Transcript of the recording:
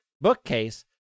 bookcase